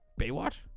Baywatch